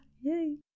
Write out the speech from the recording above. yay